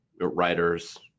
writers